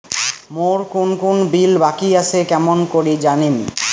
মোর কুন কুন বিল বাকি আসে কেমন করি জানিম?